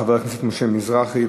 חבר הכנסת משה מזרחי,